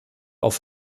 auf